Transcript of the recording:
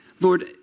Lord